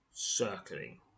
circling